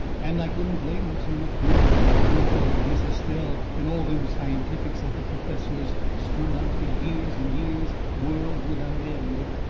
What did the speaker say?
and i couldn't blame her so much, neither, when i thought of miss estelle and all them scientifics of the perfessor's strung out fur years and years world without end.